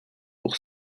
pour